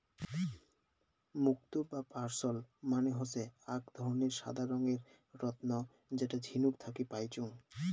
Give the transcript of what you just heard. মুক্তো বা পার্লস মানে হসে আক ধরণের সাদা রঙের রত্ন যেটা ঝিনুক থাকি পাইচুঙ